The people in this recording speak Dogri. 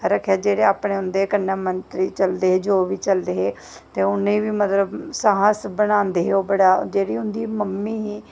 रक्खेआ जेह्ड़े अपने उं'दे कन्नै मंत्री चलदे हे जो बी चलदे हे ते उ'नें गी मतलब साहस बनांदे हे ओह् बड़ा जेह्ड़ी उं'दी मम्मी ही